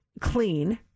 clean